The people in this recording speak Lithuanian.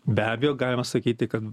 be abejo galima sakyti kad